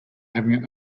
having